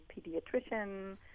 pediatrician